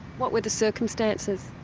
what were the circumstances?